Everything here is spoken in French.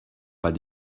pas